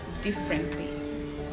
differently